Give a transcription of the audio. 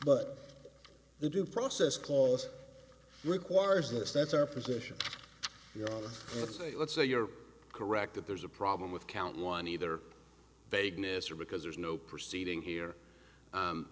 but the due process clause requires that if that's our position your let's say let's say you're correct that there's a problem with count one either vagueness or because there's no proceeding here